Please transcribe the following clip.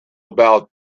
about